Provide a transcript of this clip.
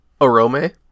Arome